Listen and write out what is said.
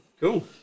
cool